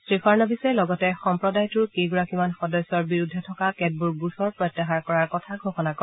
শ্ৰী ফাড়নবিশে লগতে সম্প্ৰদায়টোৰ কেইগৰাকীমান সদস্যৰ বিৰুদ্ধে থকা কেতবোৰ গোচৰ প্ৰত্যাহাৰ কৰাৰ কথা ঘোষণা কৰে